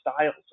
styles